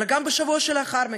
אלא גם בשבוע שלאחר מכן,